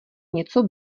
něco